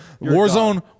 Warzone